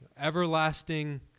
everlasting